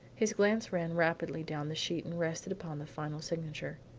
his glance ran rapidly down the sheet and rested upon the final signature.